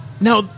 Now